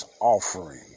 offering